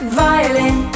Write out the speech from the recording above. violin